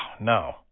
no